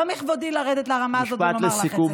לא מכבודי לרדת לרמה הזאת ולומר לך את זה.